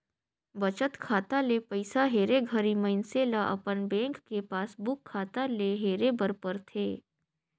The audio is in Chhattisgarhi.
बचत खाता ले पइसा हेरे घरी मइनसे ल अपन बेंक के पासबुक खाता ले हेरे बर परथे